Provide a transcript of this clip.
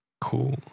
Cool